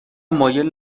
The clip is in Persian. مایل